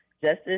justice